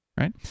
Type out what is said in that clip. right